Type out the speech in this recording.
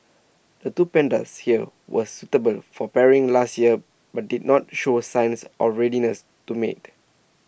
the two pandas here were suitable for pairing last year but did not show signs of readiness to mate